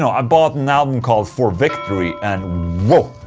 so i bought an album called for victory and whoa